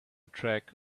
track